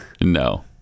No